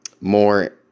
more